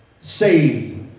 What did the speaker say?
Saved